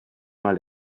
mal